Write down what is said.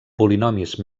polinomis